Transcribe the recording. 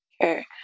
Okay